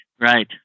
right